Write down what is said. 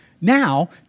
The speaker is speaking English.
Now